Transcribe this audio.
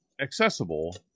accessible